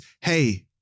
hey